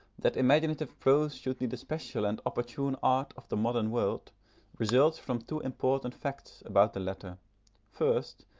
that imaginative prose should be the special and opportune art of the modern world results from two important facts about the latter first,